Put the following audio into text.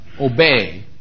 obey